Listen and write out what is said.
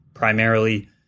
Primarily